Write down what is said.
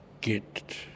get